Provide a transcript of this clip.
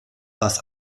was